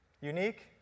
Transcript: Unique